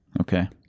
Okay